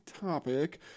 topic